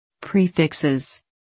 Prefixes